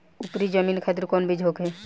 उपरी जमीन खातिर कौन बीज होखे?